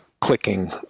clicking